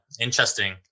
Interesting